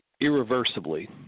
irreversibly